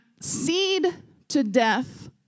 seed-to-death